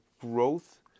growth